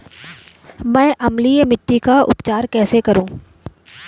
मैं अम्लीय मिट्टी का उपचार कैसे करूं?